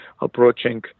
approaching